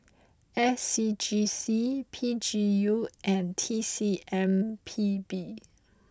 S C G C P G U and T C M P B